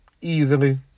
Easily